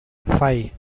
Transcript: five